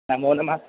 नमो नमः